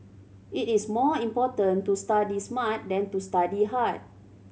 it is more important to study smart than to study hard